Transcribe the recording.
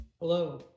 Hello